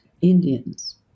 Indians